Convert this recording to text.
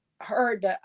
heard